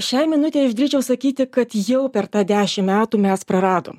šiai minutei aš drįsčiau sakyti kad jau per tą dešimt metų mes praradom